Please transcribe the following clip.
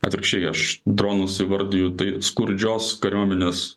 atvirkščiai aš dronus įvardiju tai skurdžios kariuomenės